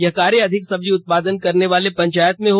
यह कार्य अधिक सब्जी उत्पादन करने वाले पंचायत में हो